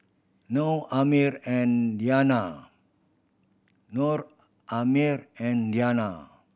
Noah Ammir and Danial Noah Ammir and Danial